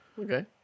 okay